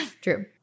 True